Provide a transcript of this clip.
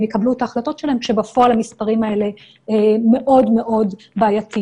יקבלו את החלטות שלהם כשבפועל המספרים האלה מאוד מאוד בעייתיים.